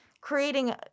creating